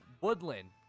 woodland